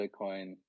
Bitcoin